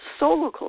solical